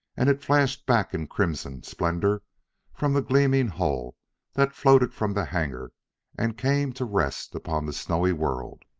and it flashed back in crimson splendor from the gleaming hull that floated from the hangar and came to rest upon the snowy world.